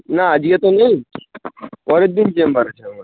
না আজকে তো নেই পরের দিন চেম্বার আছে আমার